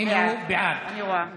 בעד